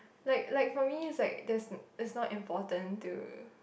like like for me is like there's is not important to